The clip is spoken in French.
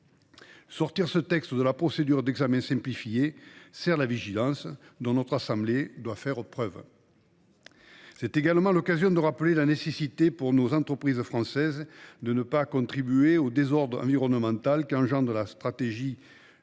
Ne pas retenir la procédure d’examen simplifié pour ce texte sert la vigilance, dont notre assemblée doit faire preuve. C’est également l’occasion de rappeler la nécessité pour nos entreprises françaises de ne pas contribuer au désordre environnemental qu’engendre la stratégie